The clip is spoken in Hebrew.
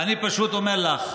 אני פשוט אומר לך,